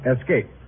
Escape